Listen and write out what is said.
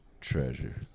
treasure